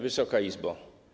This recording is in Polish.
Wysoka Izbo!